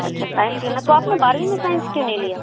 अच्छा साइंस लेना है तो आप ने बारहवी में साइंस क्यों नहीं लिया